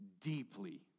deeply